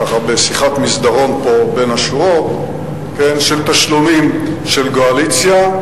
ככה בשיחת מסדרון פה בין השורות על תשלומים של גועליציה.